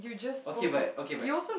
okay but okay but